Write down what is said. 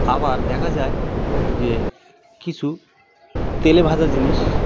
আবার দেখা যায় যে কিছু তেলে ভাজা জিনিস